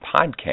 podcast